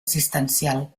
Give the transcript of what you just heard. assistencial